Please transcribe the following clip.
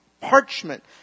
parchment